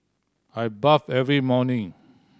I bathe every morning